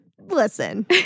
Listen